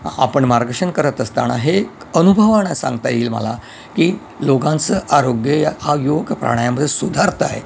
आपण मार्गदर्शन करत असताना हे एक अनुभवणं सांगता येईल मला की लोकांचं आरोग्य या हा योग प्राणायामने सुधारत आहे